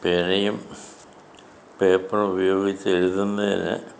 പേനയും പേപ്പറും ഉപയോഗിച്ച് എഴുതുന്നതിന്